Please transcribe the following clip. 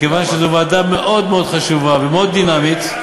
מכיוון שזו ועדה מאוד מאוד חשובה ומאוד דינמית.